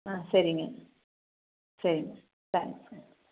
ஆ சரிங்க சரிங்க தேங்க்ஸுங்க